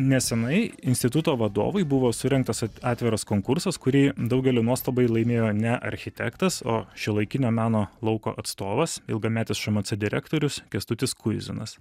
nesenai instituto vadovui buvo surengtas at atviras konkursas kurį daugelio nuostabai laimėjo ne architektas o šiuolaikinio meno lauko atstovas ilgametis šmc direktorius kęstutis kuizinas